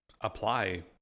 apply